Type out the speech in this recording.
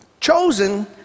Chosen